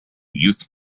youth